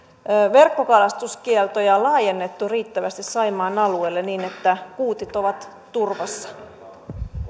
verkkokalastuskieltoja laajennettu riittävästi saimaan alueelle niin että kuutit ovat turvassa